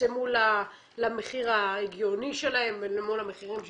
יצטמצמו למחיר ההגיוני שלהן אל מול המחירים ששמענו.